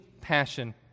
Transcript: passion